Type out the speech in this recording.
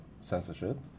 censorship